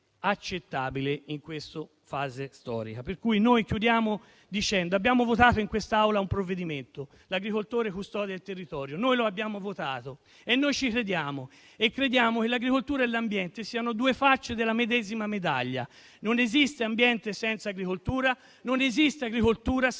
accettabile in questa fase storica. In conclusione, abbiamo votato in quest'Aula un provvedimento sull'agricoltore come custode del territorio. Lo abbiamo votato perché ci crediamo, come crediamo che l'agricoltura e l'ambiente siano due facce della medesima medaglia: non esiste ambiente senza agricoltura, né agricoltura senza